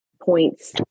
Points